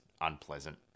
unpleasant